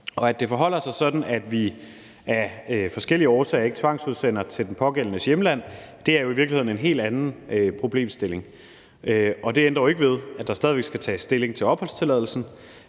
At det forholder sig sådan, at vi af forskellige årsager ikke tvangsudsender til den pågældendes hjemland, er jo i virkeligheden en helt anden problemstilling. Og det ændrer ikke ved, at der stadig væk skal tages stilling til opholdstilladelsen.